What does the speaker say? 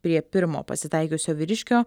prie pirmo pasitaikiusio vyriškio